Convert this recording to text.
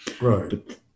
Right